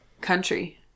country